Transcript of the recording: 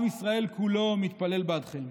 עם ישראל כולו מתפלל בעדכם.